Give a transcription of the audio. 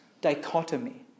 dichotomy